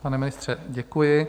Pane ministře, děkuji.